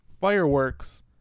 fireworks